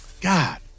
God